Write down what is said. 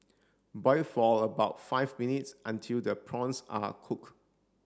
boil for about five minutes until the prawns are cook